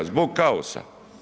Zbog kaosa.